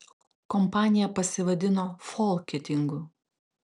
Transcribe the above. kompanija pasivadino folketingu